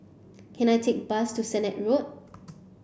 can I take bus to Sennett Road